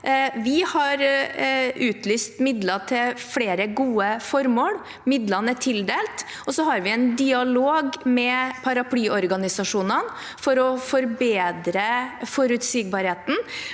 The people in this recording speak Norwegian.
Vi har utlyst midler til flere gode formål. Midlene er tildelt, og så har vi en dialog med paraplyorganisasjonene for å forbedre forutsigbarheten.